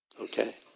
Okay